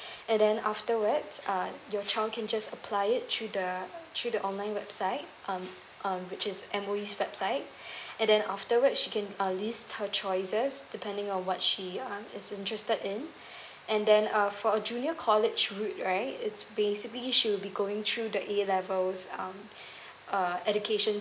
and then afterwards uh your child can just apply it through the through the online website um um which is M_O_E website and then afterward she can uh list her choices depending on what she um is interested in and then uh for a junior college route right it's basically she will be going through the A levels um uh education